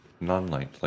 non-light